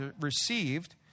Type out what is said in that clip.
received